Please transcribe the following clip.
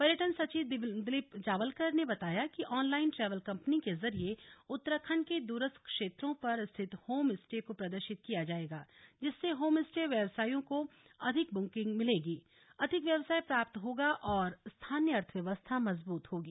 पर्यटन सचिव दिलीप जावलकर ने बताया कि ऑनलाइन ट्रैवल कंपनी के जरिए उत्तराखण्ड के दूरस्थ क्षेत्रों पर रिथित होम स्टे को प्रदर्शित किया जाएगा जिससे होम स्टे व्यवसायियों को अधिक बुकिंग मिलेगी अधिक व्यवसाय प्राप्त होगा और स्थानीय अर्थव्यवस्था मजबूत होगी